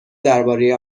درباره